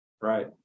Right